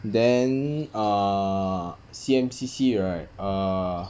then err C_M_C_C right err